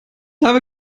habe